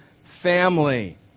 family